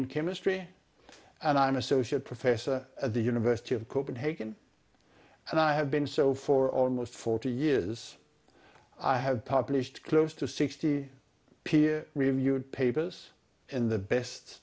dean chemistry and i'm associate professor at the university of copenhagen and i have been so for almost forty years i have published close to sixty peer reviewed papers in the best